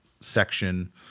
section